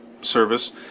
service